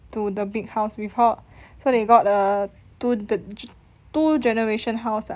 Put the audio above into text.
to the big house with her so they got a two ge~ two generation house ah